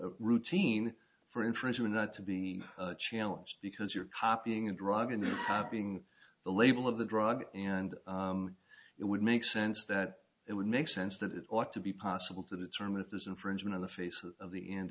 a routine for infringement not to be challenged because you're copying a drug and having the label of the drug you know and it would make sense that it would make sense that it ought to be possible to determine if there's infringement on the face of the end